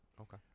Okay